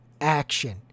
action